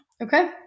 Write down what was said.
okay